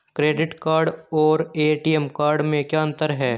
Credit card और ATM card में क्या अंतर है?